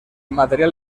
material